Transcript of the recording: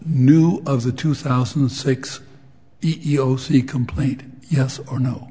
knew of the two thousand and six yossi complete yes or